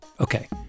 Okay